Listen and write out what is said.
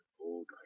old